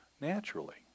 naturally